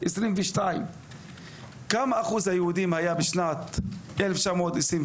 מה היה אחוז היהודים בשנת 1922?